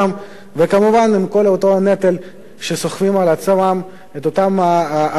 וכמובן עם כל אותו הנטל שסוחבים על צווארם אותם האזרחים